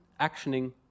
actioning